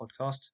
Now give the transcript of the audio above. podcast